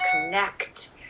connect